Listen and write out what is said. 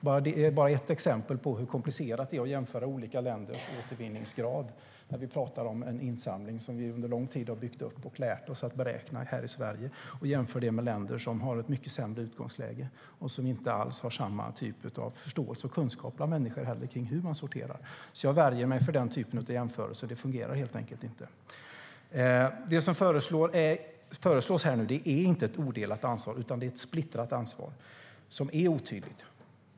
Det är bara ett exempel på hur komplicerat det är att jämföra olika länders återvinningsgrad - vi pratar om en insamling som vi under lång tid har byggt upp och lärt oss att beräkna här i Sverige och som vi jämför med länder som har ett mycket sämre utgångsläge. De har heller inte alls samma typ av förståelse och kunskap bland människor när det gäller hur man sorterar. Jag värjer mig alltså mot den typen av jämförelser, för de fungerar helt enkelt inte. Det som föreslås här är inte ett odelat ansvar, utan det är ett splittrat ansvar som är otydligt.